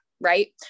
Right